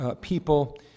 people